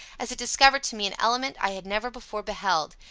as it discovered to me an element i had never before beheld,